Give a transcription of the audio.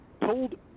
told